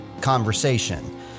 conversation